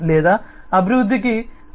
లేదా అభివృద్ధికి అవకాశం ఉంది